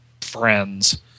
friends